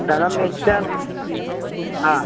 धनं यच्छामि ह